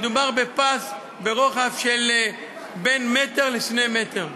מדובר בפס ברוחב של בין מטר ל-2 מטרים,